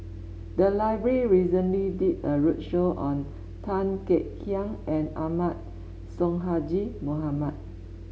the library recently did a roadshow on Tan Kek Hiang and Ahmad Sonhadji Mohamad